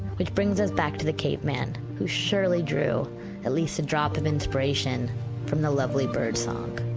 which brings us back to the caveman who surely drew at least a drop of inspiration from the lovely bird song.